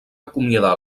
acomiadar